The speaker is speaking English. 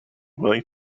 willing